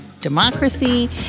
democracy